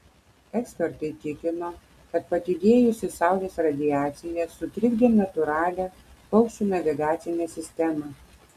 ekspertai tikino kad padidėjusi saulės radiacija sutrikdė natūralią paukščių navigacinę sistemą